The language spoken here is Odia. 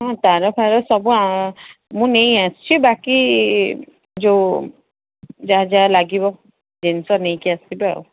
ହଁ ତାର ଫାର ସବୁ ମୁଁ ନେଇ ଆସିଛି ବାକି ଯୋଉ ଯାହା ଯାହା ଲାଗିବ ଜିନିଷ ନେଇକି ଆସିବେ ଆଉ